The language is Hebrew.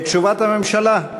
תשובת הממשלה,